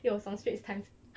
it was on straits times